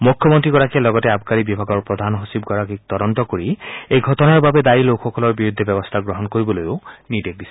মুখ্যমন্ত্ৰীগৰাকীয়ে লগতে আৱকাৰী বিভাগৰ প্ৰধান সচিবগৰাকীক তদন্ত কৰি এই ঘটনাৰ বাবে দায়ী লোকসকলৰ বিৰুদ্ধে ব্যৱস্থা গ্ৰহণ কৰিবলৈ নিৰ্দেশ দিছে